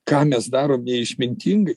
ką mes darom neišmintingai